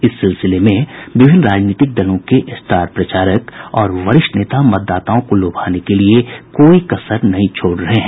इस सिलसिले में विभिन्न राजनीतिक दलों के स्टार प्रचारक और वरिष्ठ नेता मतदाताओं को लुभाने के लिए कोई कसर नहीं छोड़ रहे हैं